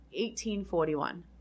1841